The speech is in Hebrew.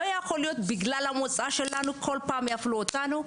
לא יכול להיות שבגלל המוצא שלנו כל פעם יפלו אותנו.